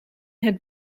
het